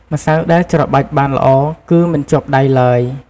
ម្សៅដែលច្របាច់បានល្អគឺមិនជាប់ដៃឡើយ។